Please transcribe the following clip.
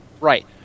right